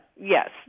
yes